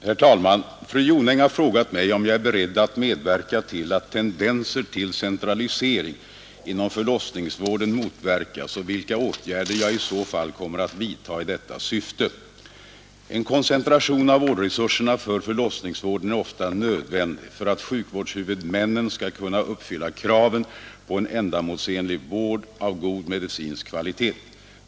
Herr talman! Fru Jonäng har frågat mig om jag är beredd medverka till att tendenser till centralisering inom förlossningsvården motverkas och vilka åtgärder jag i så fall kommer att vidta i detta syfte. En koncentration av vårdresurserna för förlossningsvården är ofta nödvändig för att sjukvårdshuvudmännen skall kunna uppfylla kraven på en ändamålsenlig vård av god medicinsk kvalitet.